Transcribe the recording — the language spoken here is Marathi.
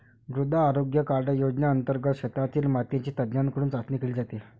मृदा आरोग्य कार्ड योजनेंतर्गत शेतातील मातीची तज्ज्ञांकडून चाचणी केली जाते